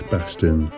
Bastin